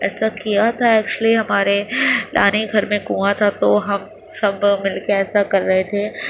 ایسا کیا تھا ایکچولی ہمارے نانی کے گھر میں کنواں تھا تو ہم سب مل کے ایسا کر رہے تھے